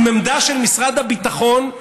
עם עמדה של משרד הביטחון,